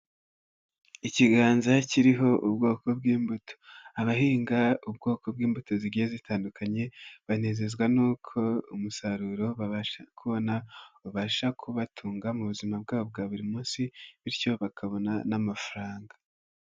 Ikiganza kiriho ubwoko bw'imbuto. Abahinga ubwoko bw'imbuto zigiye zitandukanye, banezezwa n'uko umusaruro babasha kubona, ubasha kubatunga mu buzima bwabo bwa buri munsi bityo bakabona n'amafaranga.